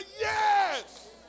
Yes